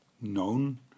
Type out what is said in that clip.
known